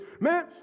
Man